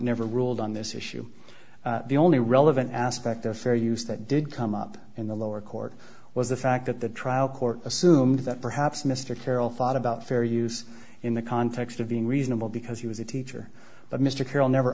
never ruled on this issue the only relevant aspect of fair use that did come up in the lower court was the fact that the trial court assumed that perhaps mr carroll thought about fair use in the context of being reasonable because he was a teacher but mr carroll never